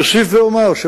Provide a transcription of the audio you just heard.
אני אוסיף ואומר,